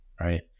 Right